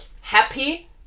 happy